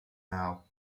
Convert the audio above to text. now